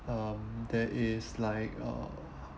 um there is like uh